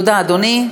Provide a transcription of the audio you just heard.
תודה, אדוני.